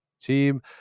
team